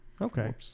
Okay